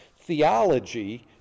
theology